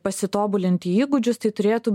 pasitobulinti įgūdžius tai turėtų